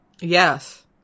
Yes